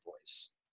voice